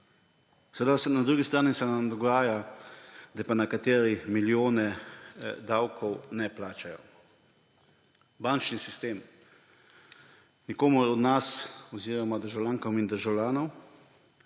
se nam na drugi strani dogaja, da pa nekateri milijone davkov ne plačajo. Bančni sistem – nikomur od nas oziroma državljankam in državljanom,